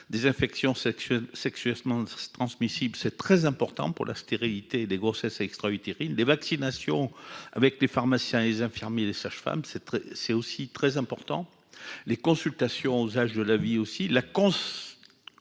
sexuellement sexuellement transmissibles, c'est très important pour la stérilité des grossesses extra-utérines les vaccinations avec les pharmaciens, les infirmiers, les sages-femmes, c'est très, c'est aussi très important, les consultations aux âges de la vie aussi